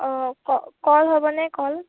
অঁ ক কল হ'বনে কল